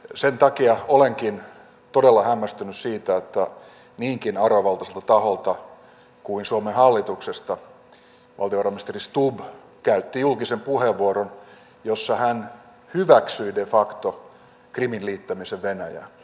sen takia olenkin todella hämmästynyt siitä että niinkin arvovaltaiselta taholta kuin suomen hallituksesta valtiovarainministeri stubb käytti julkisen puheenvuoron jossa hän hyväksyi de facto krimin liittämisen venäjään